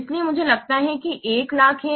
इसलिए मुझे लगता है कि यह 100000 है